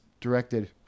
directed